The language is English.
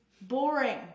Boring